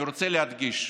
אני רוצה להדגיש: